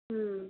ம்